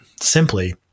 simply